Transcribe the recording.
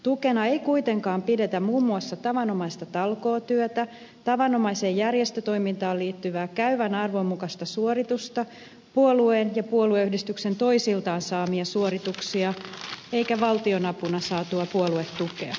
tukena ei kuitenkaan pidetä muun muassa tavanomaista talkootyötä tavanomaiseen järjestötoimintaan liittyvää käyvän arvon mukaista suoritusta puolueen ja puolueyhdistyksen toisiltaan saamia suorituksia eikä valtionapuna saatua puoluetukea